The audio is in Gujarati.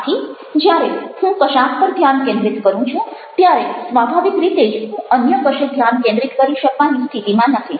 આથી જ્યારે હું કશાક પર ધ્યાન કેન્દ્રિત કરું છું ત્યારે સ્વાભાવિક રીતે જ હું અન્ય કશે ધ્યાન કેન્દ્રિત કરી શકવાની સ્થિતિમાં નથી